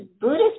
Buddhist